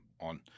on